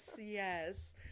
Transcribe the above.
yes